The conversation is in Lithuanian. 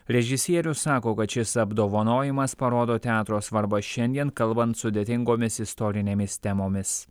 režisierius sako kad šis apdovanojimas parodo teatro svarba šiandien kalbant sudėtingomis istorinėmis temomis